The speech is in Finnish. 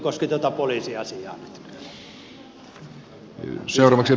arvoisa herra puhemies